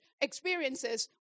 experiences